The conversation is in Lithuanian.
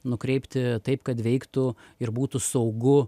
nukreipti taip kad veiktų ir būtų saugu